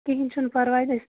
کِہیٖنٛۍ چھُنہٕ پَرواے أسۍ